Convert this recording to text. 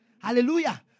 Hallelujah